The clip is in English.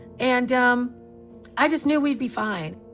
and i just knew we'd be fine.